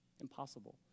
Impossible